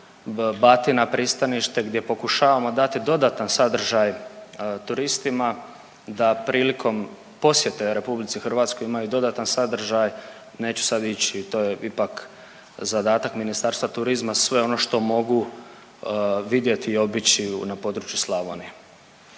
Batina, pristanište gdje pokušavamo dati dodatan sadržaj turistima da prilikom posjete RH imaju dodatan sadržaj, neću sad ići, to je ipak zadatak Ministarstva turizma, sve ono što mogu vidjeti i obići na području Slavonije.